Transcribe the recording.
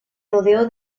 rodeó